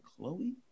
Chloe